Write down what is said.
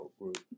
group